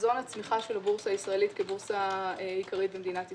בחזון הצמיחה של הבורסה הישראלית כבורסה עיקרית במדינת ישראל.